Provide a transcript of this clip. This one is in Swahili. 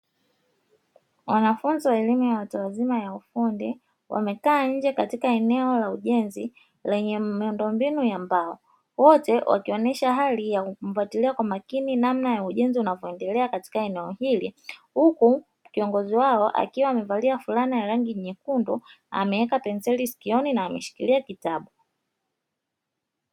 Wanafunzi wa elimu ya watu wazima ya ufundi, wamekaa nje katika eneo la ujenzi, lenye miundombinu ya mbao. Wote wakionyesha hali ya kufuatilia kwa umakini namna ujenzi unavyoendelea katika eneo hili. Huku kiongozi wao akiwa amevalia fulana ya rangi nyekundu, ameweka penseli sikioni na ameshikilia kitabu.